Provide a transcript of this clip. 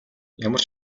ямар